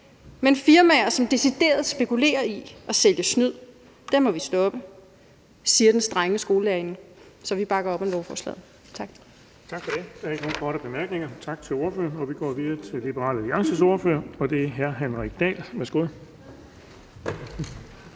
men firmaer, som decideret spekulerer i at sælge snyd, må vi stoppe – siger den strenge skolelærerinde. Så vi bakker op om lovforslaget. Tak. Kl. 17:50 Den fg. formand (Erling Bonnesen): Der er ikke nogen korte bemærkninger, så tak til ordføreren. Vi går videre til Liberal Alliances ordfører, og det er hr. Henrik Dahl. Værsgo.